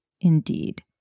Indeed